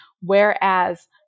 whereas